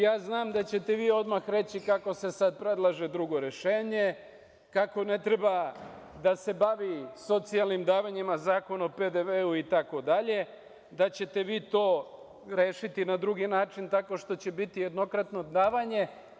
Ja znam da ćete vi odmah reći kako se sad predlaže drugo rešenje, kako ne treba da se bavi socijalnim davanjima Zakon o PDV-u i tako dalje, da ćete vi to rešiti na drugi način tako što će biti jednokratno davanje.